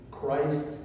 Christ